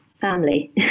family